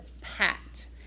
packed